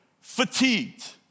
fatigued